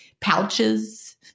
pouches